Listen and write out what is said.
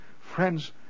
Friends